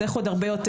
צריך עוד הרבה יותר.